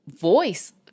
voice